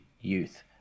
youth